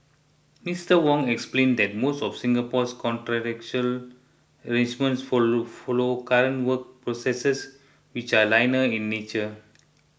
Mister Wong explained that most of Singapore's contractual arrangements follow current work processes which are linear in nature